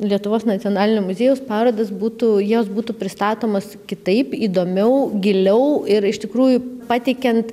lietuvos nacionalinio muziejaus parodas būtų jos būtų pristatomos kitaip įdomiau giliau ir iš tikrųjų pateikiant